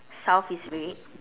South is red